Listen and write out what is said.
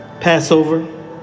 Passover